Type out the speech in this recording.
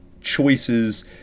choices